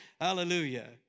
Hallelujah